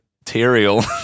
material